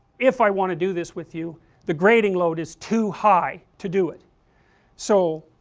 if i want to do this with you the grading load is too high to do it so,